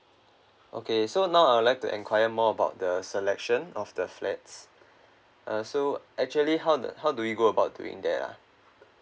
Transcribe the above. okay so now I would like to inquire more about the selection of the flats uh so actually how the how do we go about doing that ah